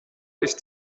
ist